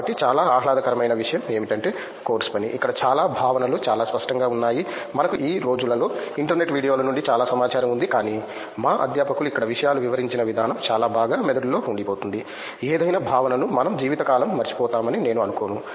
కాబట్టి చాలా ఆహ్లాదకరమైన విషయం ఏమిటంటే కోర్సు పని ఇక్కడ చాలా భావనలు చాలా స్పష్టంగా ఉన్నాయి మనకు ఈ రోజులలో ఇంటర్నెట్ వీడియోల నుండి చాలా సమాచారం ఉంది కానీ మా అధ్యాపకులు ఇక్కడ విషయాలు వివరించిన విధానం చాలా బాగా మెదడులో ఉండిపోతుంది ఏదైనా భావనను మనం జీవితకాలంలో మరచిపోతామని నేను అనుకోను